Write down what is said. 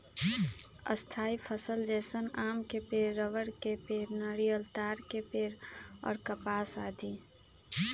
स्थायी फसल जैसन आम के पेड़, रबड़ के पेड़, नारियल, ताड़ के पेड़ और कपास आदि